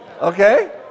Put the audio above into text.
Okay